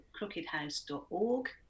crookedhouse.org